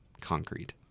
concrete